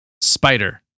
spider